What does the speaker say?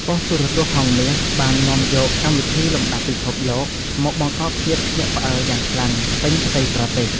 ប៉ុស្តិ៍ទូរទស្សន៍ហង្សមាសបាននាំយកកម្មវិធីលំដាប់ពិភពលោកមកបង្កភាពភ្ញាក់ផ្អើលយ៉ាងខ្លាំងពេញផ្ទៃប្រទេស។